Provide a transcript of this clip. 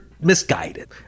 Misguided